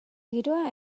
giroa